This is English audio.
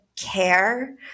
care